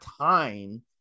time